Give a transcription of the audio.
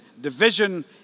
division